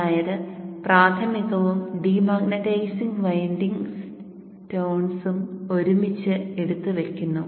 അതായത് പ്രാഥമികവും demagnetising winding സ്റ്റോൺസും ഒരുമിച്ച് എടുത്ത് വക്കുന്നു